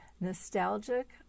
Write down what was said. nostalgic